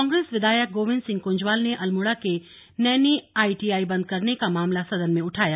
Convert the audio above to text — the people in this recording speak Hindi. कांग्रेस विधायक गोविंद सिंह कुंजवाल ने अल्मोड़ा के नैनी आईटीआई बंद करने का मामला सदन में उठाया